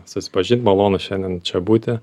susipažint malonu šiandien čia būti